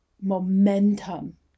momentum